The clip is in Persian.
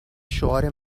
شعار